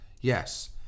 Yes